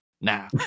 Now